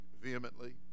vehemently